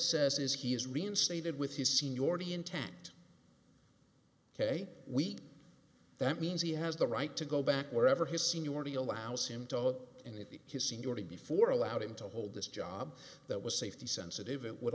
says is he is reinstated with his seniority intact ok we that means he has the right to go back wherever his seniority allows him to go and if he his seniority before allowed him to hold this job that was safety sensitive it would